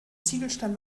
ziegelstein